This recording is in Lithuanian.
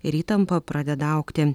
ir įtampa pradeda augti